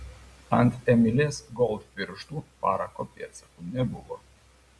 ant emilės gold pirštų parako pėdsakų nebuvo